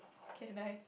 can I